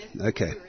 Okay